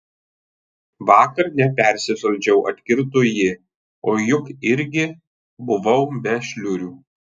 vakar nepersišaldžiau atkirto ji o juk irgi buvau be šliurių